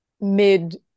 mid